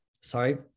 sorry